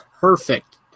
perfect